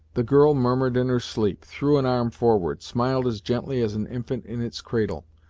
the girl murmured in her sleep, threw an arm forward, smiled as gently as an infant in its cradle,